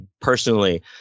personally